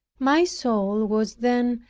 my soul was then,